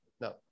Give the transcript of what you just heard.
No